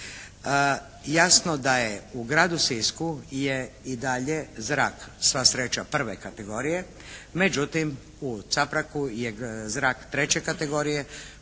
Jasno da je u gradu Sisku i dalje zrak sva sreća I. kategorije, međutim u Capragu je zrak III. kategorije